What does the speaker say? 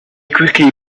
quickly